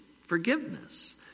forgiveness